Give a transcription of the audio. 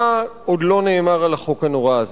מה עוד לא נאמר על החוק הנורא הזה?